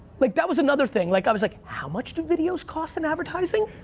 like that was another thing. like i was like, how much do videos cost in advertising?